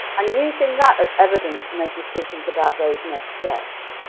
and using that as evidence to make decisions about those next steps.